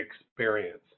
experience